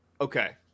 Okay